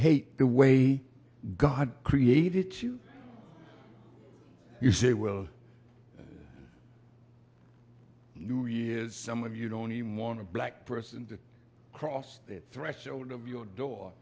hate the way god created you say will you years some of you don't even want to black person to cross the threshold of your door